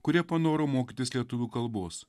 kurie panoro mokytis lietuvių kalbos